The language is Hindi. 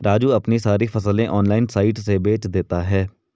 राजू अपनी सारी फसलें ऑनलाइन साइट से बेंच देता हैं